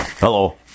Hello